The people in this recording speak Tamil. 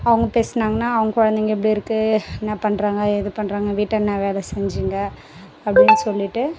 அவங்க பேசுனாங்கன்னா அவங்க குழந்தைங்க எப்படி இருக்கு என்ன பண்ணுறாங்க ஏது பண்ணுறாங்க வீட்டை என்ன வேலை செஞ்சிங்க அப்படின்னு சொல்லிவிட்டு